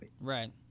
Right